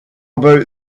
about